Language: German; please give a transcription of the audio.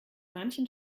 manchen